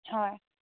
হয়